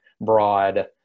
broad